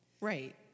Right